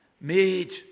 made